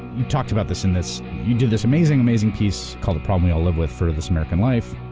you talked about this in this. you did this amazing, amazing piece called the problem we all live with for this american life.